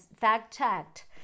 fact-checked